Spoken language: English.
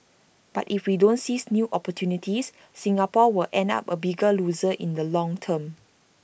but if we don't seize new opportunities Singapore will end up A bigger loser in the long term